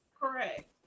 correct